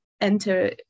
Enter